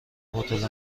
هتل